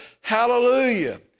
hallelujah